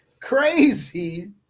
Crazy